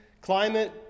climate